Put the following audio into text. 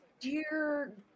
Dear